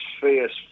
fierce